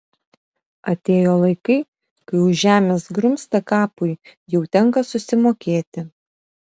atėjo laikai kai už žemės grumstą kapui jau tenka susimokėti